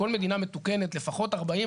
בכל מדינה מתוקנת לפחות 40%,